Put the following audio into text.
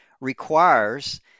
requires